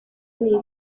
una